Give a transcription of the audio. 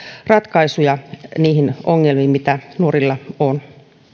ratkaisuja niihin ongelmiin mitä nuorilla on